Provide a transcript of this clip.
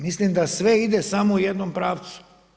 Mislim da sve ide samo u jednom pravcu.